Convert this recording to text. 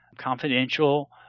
Confidential